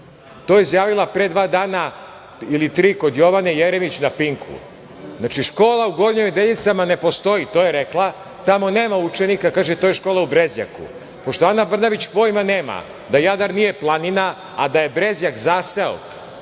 To je izjavila pre dva dana ili tri kod Jovane Jeremić na Pinku. Znači, škola u Gornjoj Nedeljicama ne postoji, to je rekla, tamo nema učenika. Kaže - to je škola u Brezjaku. Pošto Ana Brnabić pojma nema da Jadar nije planina, a da je Brezjak zaseok